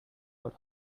out